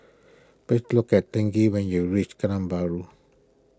please look at thing given you reach Geylang Bahru